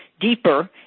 deeper